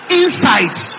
insights